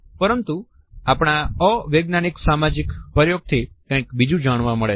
પરંતુ અપણા અવૈજ્ઞાનીક સામાજિક પ્રયોગથી કંઈક બીજું જાણવા મળે છે